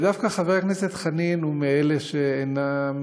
דווקא חבר הכנסת חנין הוא מאלה שאינם